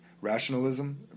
rationalism